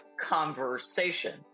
conversation